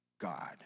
God